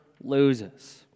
loses